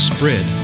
Spread